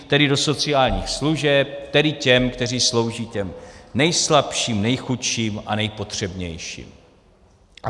Tedy do sociálních služeb, tedy těm, kteří slouží těm nejslabším, nejchudším a nejpotřebnějším.